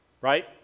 right